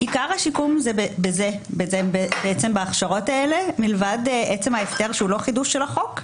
עיקר השיקום הוא בהכשרות האלה מלבד עצם ההפטר שאינו חידוש של החוק.